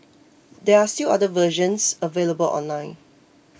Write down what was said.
there are still other versions available online